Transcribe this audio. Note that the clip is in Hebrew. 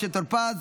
משה טור פז,